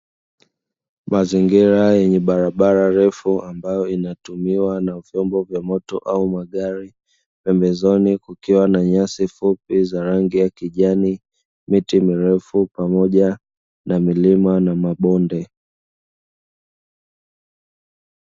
Mazingira yenye barabara refu ambayo inatumiwa na vyombo vya moto au magari pembezoni kukiwa na nyasi fupi za rangi ya kijani miti mirefu pamoja na milima na mabonde.